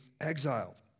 exiled